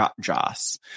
joss